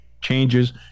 changes